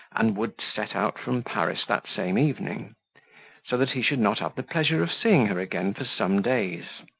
and would set out from paris that same evening so that he should not have the pleasure of seeing her again for some days.